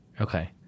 Okay